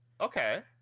Okay